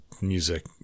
music